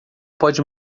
pode